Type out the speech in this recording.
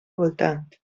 voltant